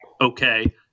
okay